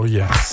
yes